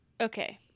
Okay